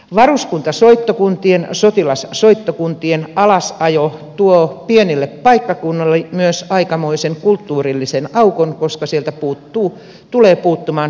varuskuntasoittokuntien sotilassoittokuntien alasajo tuo pienille paikkakunnille myös aikamoisen kulttuurillisen aukon koska sieltä tulee puuttumaan ammattiorkesteri kokonaan